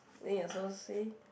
then you also say